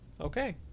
okay